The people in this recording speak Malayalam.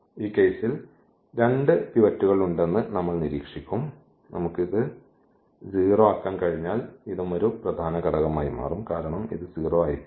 ഈ കേസിൽ 2 പിവറ്റുകൾ ഉണ്ടെന്ന് നമ്മൾ നിരീക്ഷിക്കും നമുക്ക് ഇത് 0 ആക്കാൻ കഴിഞ്ഞാൽ ഇതും ഒരു പ്രധാന ഘടകമായി മാറും കാരണം ഇത് 0 ആയിരിക്കില്ല